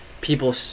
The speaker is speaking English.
people